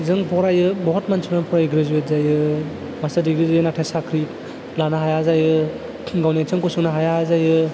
जों फरायो बहुद मानसिफ्रानो फरायो ग्रेजुयेड जायो मास्टार डिग्रि जायो नाथाय साख्रि लानो हाया जायो गावनि आथिङाव गसंनो हाया हाया जायो